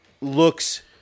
looks